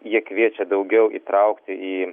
jie kviečia daugiau įtraukti į